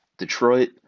Detroit